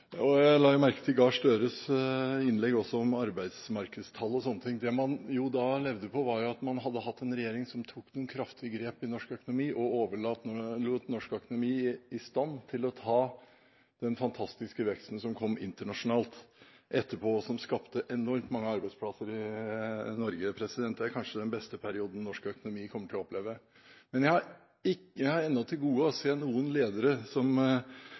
hjertet. Jeg la også merke til representanten Gahr Støres innlegg om arbeidsmarkedstall og sånne ting. Det man da levde på, var at man hadde hatt en regjering som tok noen kraftige grep i norsk økonomi, og overlot norsk økonomi i stand til å ta den fantastiske veksten som kom internasjonalt etterpå, som skapte enormt mange arbeidsplasser i Norge. Det er kanskje den beste perioden norsk økonomi kommer til å oppleve. Jeg har enda til gode å se noen ledere som